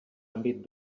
àmbit